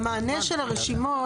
המענה של הרשימות,